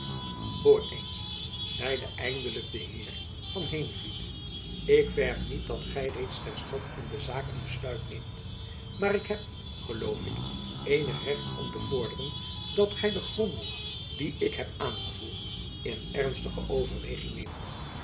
eens zeide eindelijk de heer van heenvliet ik verg niet dat gy reeds terstond in de zaak een besluit neemt maar ik heb geloof ik eenig recht om te vorderen dat gy de gronden die ik heb aangevoerd in ernstige overweging neemt